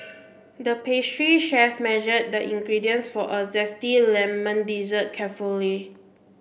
the pastry chef measured the ingredients for a zesty lemon dessert carefully